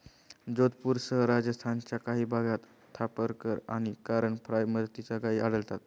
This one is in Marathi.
जोधपूरसह राजस्थानच्या काही भागात थापरकर आणि करण फ्राय जातीच्या गायी आढळतात